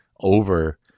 over